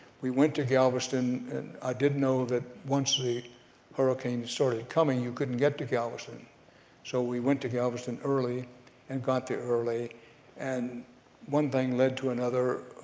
we went to galveston and i did know that once the hurricane started coming you couldn't get to galveston so we went to galveston early and got there early and one thing led to another.